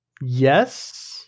Yes